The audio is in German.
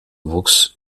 wuchs